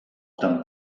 opten